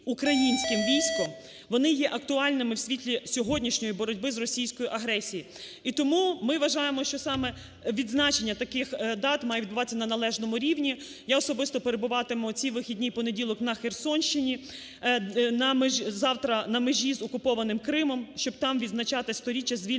українським військом, вони є актуальними в світлі сьогоднішньої боротьби з російською агресією. І тому ми вважаємо, що саме відзначення таких дат має відбуватися на належному рівні. Я особисто перебуватиму ці вихідні й понеділок на Херсонщині на межі з окупованим Кримом, щоб там відзначати 100-річчя звільнення